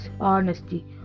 honesty